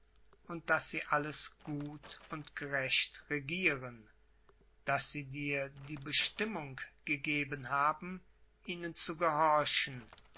und daß sie alles gut und gerecht regieren daß sie dir die bestimmung gegeben haben ihnen zu gehorchen